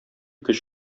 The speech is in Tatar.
көч